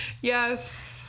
Yes